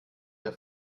der